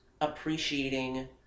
appreciating